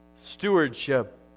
Stewardship